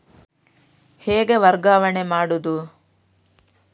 ಹೇಗೆ ವರ್ಗಾವಣೆ ಮಾಡುದು?